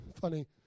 Funny